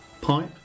pipe